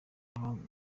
aho